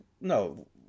no